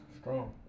strong